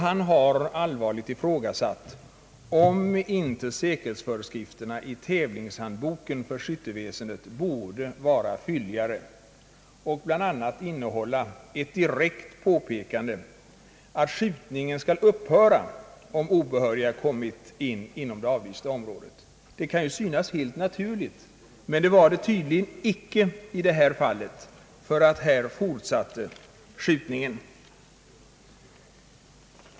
Han har allvarligt ifrågasatt, om inte säkerhetsföreskrifterna i tävlingshandboken för skytteväsendet borde vara fylligare och bl.a. innehålla ett direkt påpekande om att skjutningen skall upphöra om obehöriga kommit in på det avlysta området. Att så skall ske kan synas helt naturligt, men det var det tydligen icke i det här fallet, ty här fortsatte skjutningen.